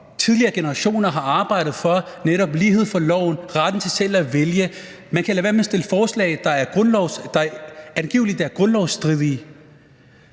tidligere generationer har arbejdet for, netop lighed for loven, retten til selv at vælge; man kan lade være med at fremsætte forslag, der angiveligt er grundlovsstridige.